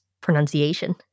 pronunciation